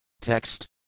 Text